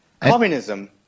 communism